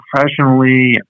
professionally